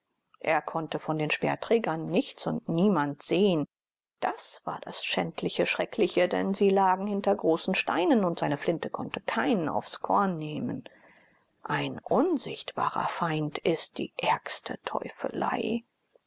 er konnte von den speerträgern nichts und niemand sehen das war das schändliche schreckliche denn sie lagen hinter großen steinen und seine flinte konnte keinen aufs korn nehmen ein unsichtbarer feind ist die ärgste teufelei